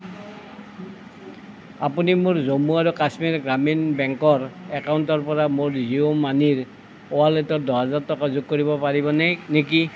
আপুনি মোৰ জম্মু আৰু কাশ্মীৰ গ্ৰামীণ বেংকৰ একাউণ্টৰ পৰা মোৰ জিঅ' মানিৰ ৱালেটত দহ হেজাৰ টকা যোগ কৰিব পাৰিবনে নেকি